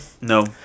No